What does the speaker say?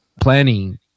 planning